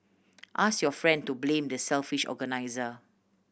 ask your friend to blame the selfish organiser